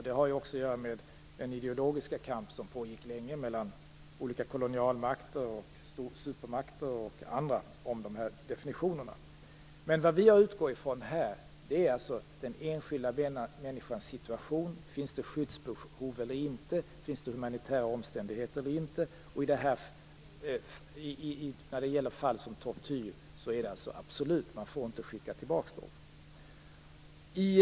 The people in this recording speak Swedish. Det har också att göra med den ideologiska kamp som länge pågick mellan olika kolonialmakter, supermakter och andra om dessa definitioner. Vad vi har utgått från här är dock den enskilda människans situation - om det finns skyddsbehov eller inte, om det finns humanitära omständigheter eller inte. När det gäller fall avseende tortyr är skyddet absolut. Man får inte skicka tillbaka vederbörande.